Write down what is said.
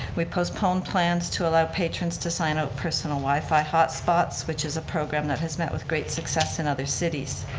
we've postponed plans to allow patrons to sign out personal wifi hotspots which is a program that has met with great success in other cities.